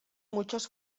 muchos